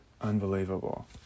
Unbelievable